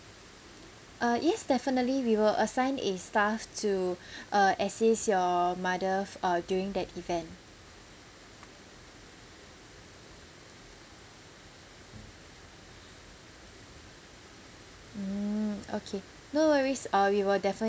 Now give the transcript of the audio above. yes definitely we will assign a staff to uh assist your mother uh during that event mm okay no worries uh we will definitely